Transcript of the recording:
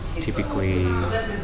typically